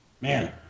man